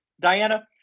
Diana